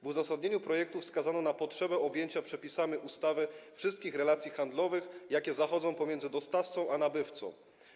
W uzasadnieniu projektu wskazano na potrzebę objęcia przepisami ustawy wszystkich relacji handlowych, jakie zachodzą pomiędzy dostawcą a nabywcą.